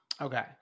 Okay